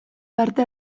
parte